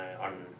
on